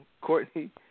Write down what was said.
Courtney